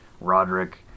Roderick